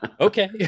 Okay